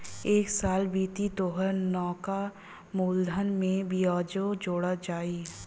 एक साल बीती तोहार नैका मूलधन में बियाजो जोड़ा जाई